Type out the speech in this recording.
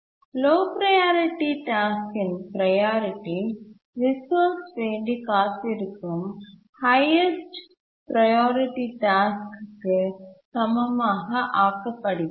low priority டாஸ்க்கின் priority resource வேண்டி காத்திருக்கும் ஹைஎஸ்ட் ப்ரையாரிட்டி டாஸ்க்கிற்கு சமமாக ஆக்கப்படுகிறது